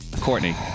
Courtney